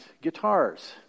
guitars